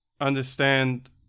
understand